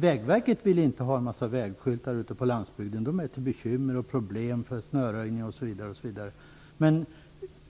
Vägverket vill inte ha en massa vägskyltar ute på landsbygden, för de är till bekymmer och problem för snöröjning osv.